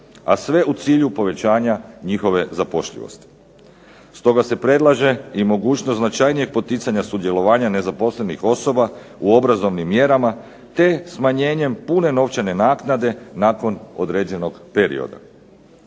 a sve u cilju povećanja njihove zapošljivosti. Stoga se predlaže i mogućnost značajnijeg poticanja sudjelovanja nezaposlenih osoba u obrazovnim mjerama, te smanjenjem pune novčane naknade nakon određenog perioda.